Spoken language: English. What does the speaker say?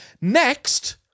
next